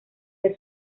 del